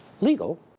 legal